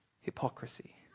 Hypocrisy